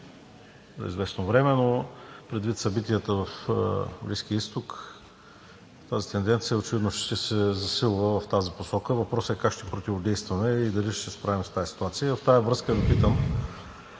тази тенденция очевидно ще се засилва в тази посока. Въпросът е как ще противодействаме и дали ще се справим с тази ситуация? Във връзка с това